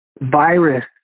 virus